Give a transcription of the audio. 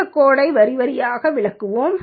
இந்த கோடை வரி வரியாக விளக்குவோம்